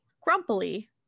Grumpily